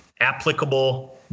applicable